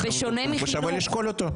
ושווה לשקול אותו.